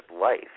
life